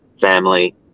family